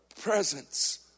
presence